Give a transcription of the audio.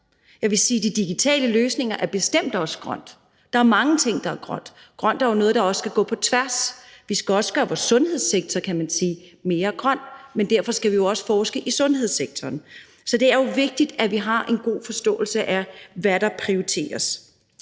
Jeg vil sige, de digitale løsninger er bestemt også grønne, der er mange ting, der er grønt. Grønt er jo noget, der også skal gå på tværs. Vi skal også gøre vores sundhedssektor, kan man sige, mere grøn, så derfor skal vi jo også forske i sundhedssektoren. Så det er jo vigtigt, at vi har en god forståelse af, hvad der prioriteres.